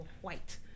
white